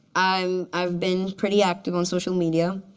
um i've been pretty active on social media.